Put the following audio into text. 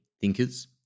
thinkers